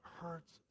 hurts